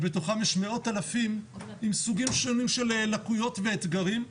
ובתוכם יש מאות אלפים עם סוגים שונים של לקויות ואתגרים.